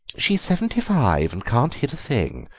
she is seventy-five and can't hit a thing,